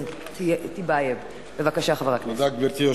אדוני ראש